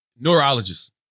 neurologist